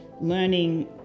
learning